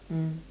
mm